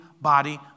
body